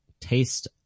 Taste